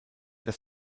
das